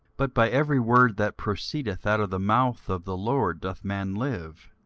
but by every word that proceedeth out of the mouth of the lord doth man live.